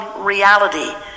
reality